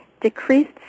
Decreased